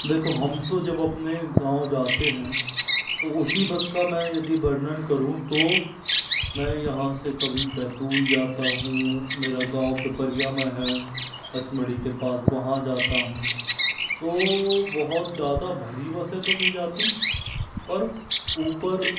देखो हम तो जब अपने गाँव जाते हैं तो उसी बस का मैं यदि वर्णन करूँ तो मैं यहाँ से कभी बैतूल जाता हूँ मेरा गाँव पिपरिया में है पँचमढ़ी के पास वहाँ जाता हूँ तो बहुत ज़्यादा भारी बसें तो नहीं जाती पर ऊपर